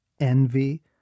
envy